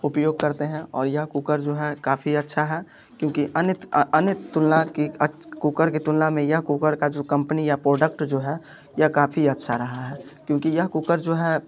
उपयोग करते हैं और यह कुकर जो है काफ़ी अच्छा है क्योंकि अन्य अन्य तुलना की कुकर की तुलना में यह कुकर का जो कंपनी या प्रोडक्ट जो है यह काफ़ी अच्छा रहा है क्योंकि यह कुकर जो है